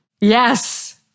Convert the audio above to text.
Yes